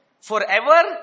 Forever